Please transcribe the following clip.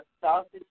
sausage